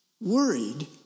worried